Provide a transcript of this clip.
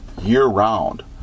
year-round